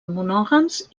monògams